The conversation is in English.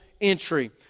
entry